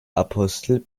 apostel